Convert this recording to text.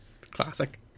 Classic